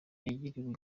yagiriwe